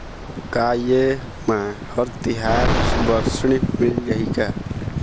का ये मा हर तिहार बर ऋण मिल जाही का?